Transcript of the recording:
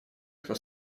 кто